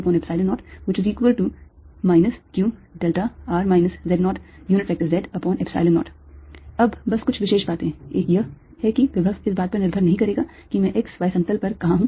2V 0 qδ0 अब बस कुछ विशेष बातें एक यह है कि विभव इस बात पर निर्भर नहीं करेगा कि मैं x y समतल पर कहाँ हूँ